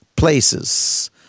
places